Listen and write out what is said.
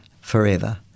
forever